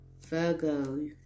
virgo